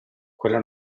quella